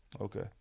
Okay